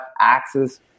access